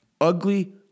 Ugly